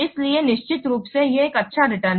इसलिए निश्चित रूप से यह एक अच्छा रिटर्न है